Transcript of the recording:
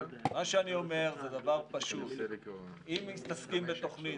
מה שאני אומר זה דבר פשוט: אם מתעסקים בתוכנית,